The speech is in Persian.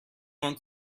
اون